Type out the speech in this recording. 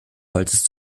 holzes